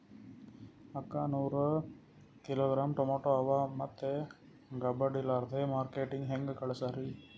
ಅಕ್ಕಾ ನೂರ kilogram tomato ಅವ, ಮೆತ್ತಗಬಡಿಲಾರ್ದೆ ಮಾರ್ಕಿಟಗೆ ಹೆಂಗ ಕಳಸಲಿ?